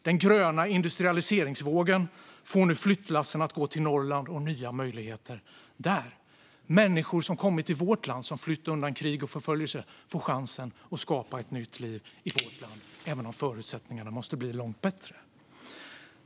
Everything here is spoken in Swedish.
Den gröna industrialiseringsvågen får nu flyttlassen att gå till Norrland och nya möjligheter där. Människor som kommit hit efter att ha flytt undan krig och förföljelse får chansen att skapa ett nytt liv i vårt land, även om förutsättningarna måste bli långt bättre.